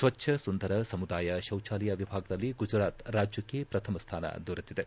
ಸ್ವಚ್ವ ಸುಂದರ ಸಮುದಾಯ ಶೌಚಾಲಯ ವಿಭಾಗದಲ್ಲಿ ಗುಜರಾತ್ ರಾಜ್ವಕ್ಕೆ ಪ್ರಥಮ ಸ್ಥಾನ ದೊರೆತಿದೆ